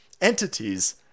entities